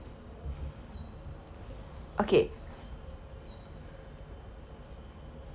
okay